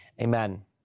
Amen